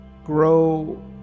Grow